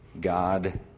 God